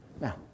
Now